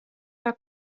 war